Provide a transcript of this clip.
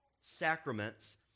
Sacraments